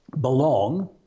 belong